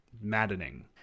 maddening